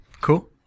Cool